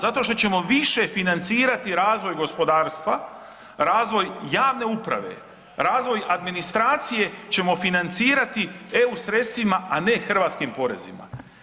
Zato što ćemo više financirati razvoj gospodarstva, razvoj javne uprave, razvoj administracije ćemo financirati eu sredstvima, a ne hrvatskim porezima.